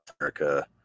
America